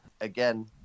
again